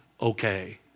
okay